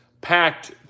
packed